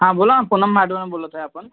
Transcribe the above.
हां बोला पूनम मॅडम बोलत आहे आपण